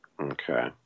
Okay